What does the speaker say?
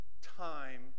time